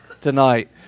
tonight